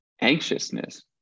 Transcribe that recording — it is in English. anxiousness